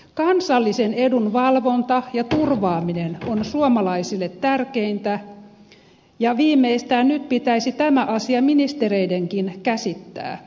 kansallisen edun valvonta ja turvaaminen on suomalaisille tärkeintä ja viimeistään nyt pitäisi tämä asia ministereidenkin käsittää